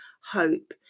hope